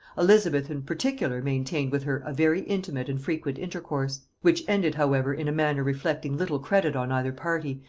elizabeth in particular maintained with her a very intimate and frequent intercourse which ended however in a manner reflecting little credit on either party,